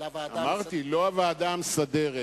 אמרת: לא הוועדה המסדרת,